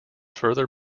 further